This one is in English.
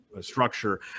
structure